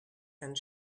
and